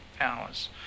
hours